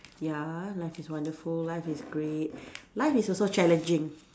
ya life is wonderful life is great life is also challenging